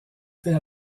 fait